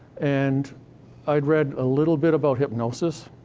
and i'd read a little bit about hypnosis,